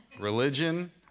religion